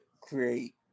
create